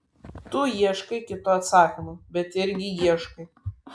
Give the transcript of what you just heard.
tu ieškai kito atsakymo bet irgi ieškai